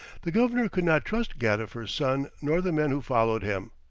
the governor could not trust gadifer's son nor the men who followed him,